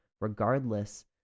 regardless